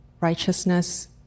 righteousness